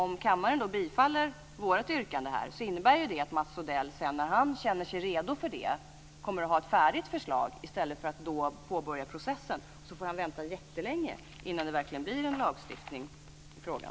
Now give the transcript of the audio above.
Om kammaren bifaller vårt yrkande så innebär det att Mats Odell när han känner sig redo för det kommer att ha ett färdigt förslag i stället för att då påbörja processen och få vänta jättelänge innan det verkligen blir en lagstiftning i frågan.